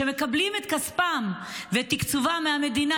שמקבלים את כספם ואת תקציבם מהמדינה,